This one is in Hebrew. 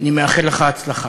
אני מאחל לך הצלחה.